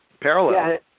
parallel